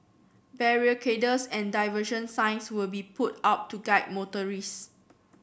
barricades and diversion signs will be put up to guide motorist